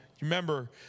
remember